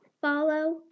follow